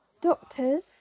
Doctor's